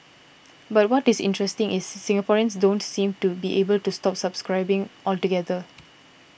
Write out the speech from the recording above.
but what is interesting is Singaporeans don't seem to be able to stop subscribing altogether